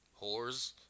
whores